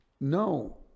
No